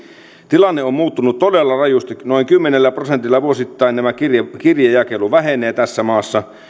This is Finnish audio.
tilanne on muuttunut todella rajusti noin kymmenellä prosentilla vuosittain tämä kirjejakelu vähenee tässä maassa